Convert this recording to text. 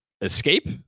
escape